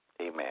Amen